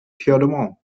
piedmont